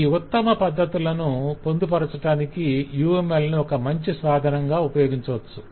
కాబట్టి ఈ ఉత్తమ పద్దతులను పొందుపరచటానికి UMLను ఒక మంచి సాధనంగా ఉపయోగించవచ్చు